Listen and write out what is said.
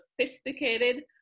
sophisticated